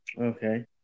Okay